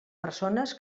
persones